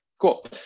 cool